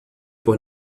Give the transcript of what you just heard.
por